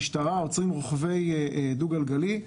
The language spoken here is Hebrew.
עוצרים רוכבי דו גלגלי.